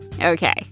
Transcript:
Okay